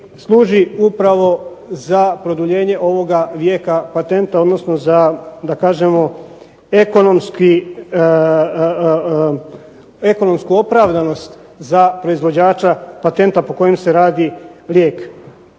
služi upravo za produljenje ovoga vijeka patenta odnosno za da kažemo ekonomsku opravdanost za proizvođača patenta po kojem se radi lijek.